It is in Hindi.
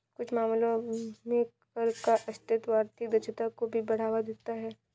कुछ मामलों में कर का अस्तित्व आर्थिक दक्षता को भी बढ़ावा देता है